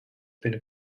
been